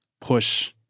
push